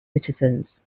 citizens